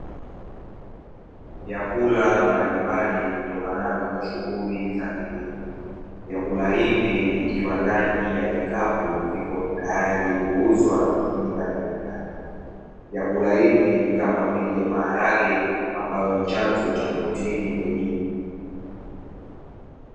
Vyakula mbalimbali vitokanavyo na shughuli za kilimo. Vyakula hivi vikiwa ndani ya vikapu, viko tayari kuuzwa na kutumika na binadamu, vyakula hivi ni kama vile maharage, ambacho ni chanzo cha protini mwilini.